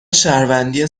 شهروندی